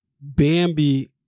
Bambi